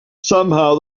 somehow